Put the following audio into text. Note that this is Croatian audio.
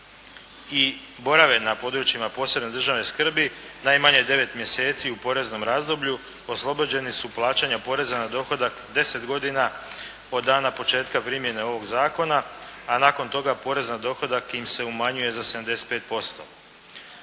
i borave na područjima posebne državne skrbi najmanje 9 mjeseci u poreznom razdoblju oslobođeni su plaćanja poreza na dohodak 10 godina od dana početka primjene ovog zakona a nakon toga porez na dohodak im se umanjuje za 75%.